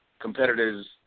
competitors